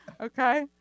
Okay